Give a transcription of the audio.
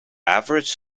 average